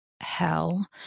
hell